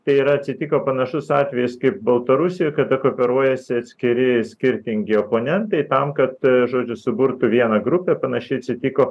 tai yra atsitiko panašus atvejis kaip baltarusijoj kada kooperuojasi atskiri skirtingi oponentai tam kad žodžiu suburtų vieną grupę panašiai atsitiko